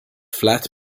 flat